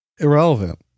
irrelevant